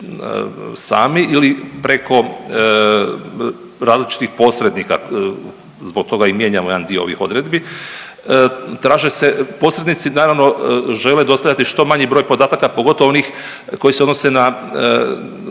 sami ili preko različitih posrednika, zbog toga i mijenjamo jedan dio ovih odredbi. Traže se, posrednici naravno žele dostavljati što manji broj podataka pogotovo onih koji se odnose na